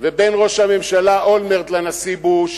ובין ראש הממשלה אולמרט לנשיא בוש,